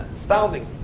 Astounding